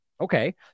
Okay